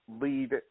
lead